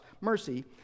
mercy